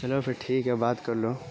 چلو پھر ٹھیک ہے بات کر لو